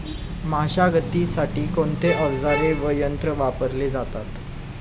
मशागतीसाठी कोणते अवजारे व यंत्र वापरले जातात?